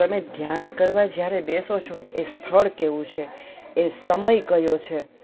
તમે ધ્યાન કરવા જ્યારે બેસો છો એ સ્થળ કેવું છે એ સમય કયો છે